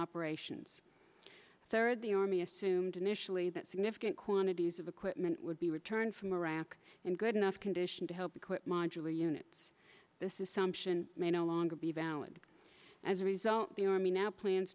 operations third the army assumed initially that significant quantities of equipment would be returned from iraq and good enough condition to help equip modular units this is some ssion may no longer be valid as a result the army now plans